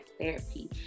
therapy